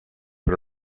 but